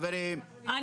חברים, לא יאה.